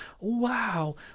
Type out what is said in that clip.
wow